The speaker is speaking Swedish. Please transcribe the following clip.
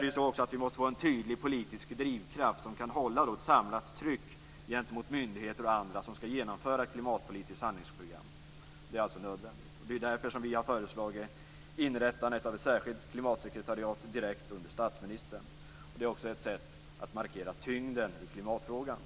Det är nödvändigt att få en tydlig politisk drivkraft som kan hålla ett samlat tryck gentemot myndigheter och andra som ska genomföra ett klimatpolitiskt handlingsprogram. Det är därför som vi har föreslagit inrättandet av ett särskilt klimatsekreteriat direkt under statsministern. Det är också ett sätt att markera tyngden i klimatfrågan.